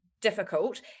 difficult